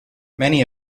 many